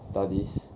studies